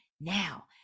now